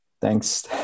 Thanks